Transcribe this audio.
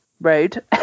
road